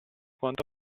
quanto